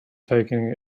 taking